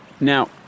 Now